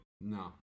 No